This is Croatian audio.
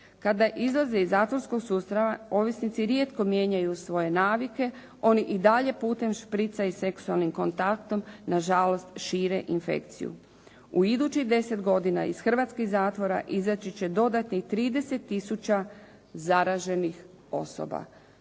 Kada izlaze iz zatvorskog sustava ovisnici rijetko mijenjaju svoje navike, oni i dalje putem šprica i seksualnim kontaktom nažalost šire infekciju. U idućih 10 godina iz hrvatskih zatvora izaći će dodatnih 30 tisuća zaraženih osoba